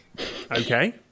Okay